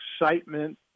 excitement